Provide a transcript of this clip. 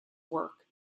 work